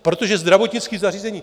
Protože zdravotnické zařízení...